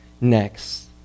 next